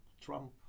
Trump